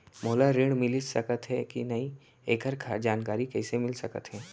मोला ऋण मिलिस सकत हे कि नई एखर जानकारी कइसे मिलिस सकत हे?